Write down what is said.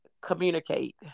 Communicate